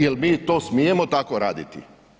Jel mi to smijemo tako raditi?